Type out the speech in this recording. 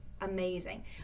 amazing